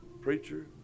preacher